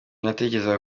natekerezaga